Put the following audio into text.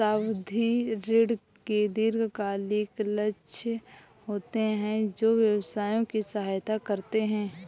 सावधि ऋण के दीर्घकालिक लक्ष्य होते हैं जो व्यवसायों की सहायता करते हैं